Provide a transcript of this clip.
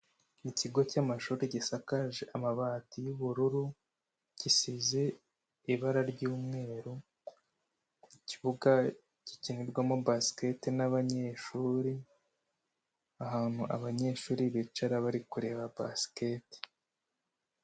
Ikigo cy'mashuri gisakaje amabati y'ubururu, gisize ibara ry'umweru, ikibuga gikinirwamo basiketi n'abanyeshuri, ahantu abanyeshuri bicara bari kureba basiketi.